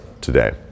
today